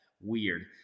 Weird